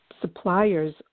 suppliers